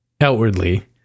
outwardly